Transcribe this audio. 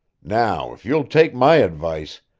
now, if you'll take my advice,